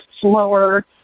slower